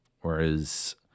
Whereas